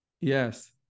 Yes